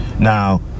Now